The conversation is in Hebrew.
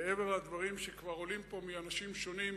מעבר לדברים שכבר עולים פה מאנשים שונים,